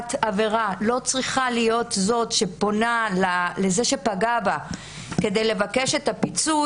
שנפגעת עבירה לא צריכה להיות זו שפונה לזה שפגע בה כדי לבקש את הפיצוי,